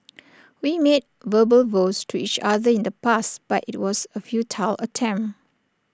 we made verbal vows to each other in the past but IT was A futile attempt